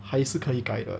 还是可以改的